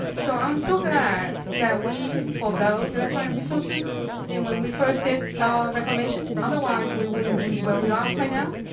so i'm so glad that we forgo electronic resources. and when we first did our recommendation, otherwise we wouldn't be where we are right now,